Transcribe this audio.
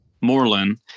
Moreland